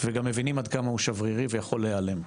וגם מבינים עד כמה הוא שברירי ויכול להיעלם,